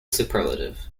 superlative